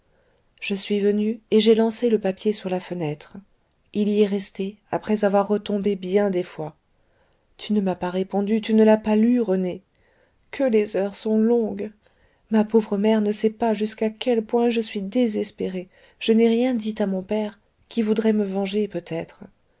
je suis venue et j'ai lancé le papier sur la fenêtre il y est resté après avoir retombé bien des fois tu ne m'as pas répondu tu ne l'as pas lu rené que les heures sont longues ma pauvre mère ne sait pas jusqu'à quel point je suis désespérée je n'ai rien dit à mon père qui voudrait me venger peut-être